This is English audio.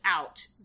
out